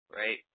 right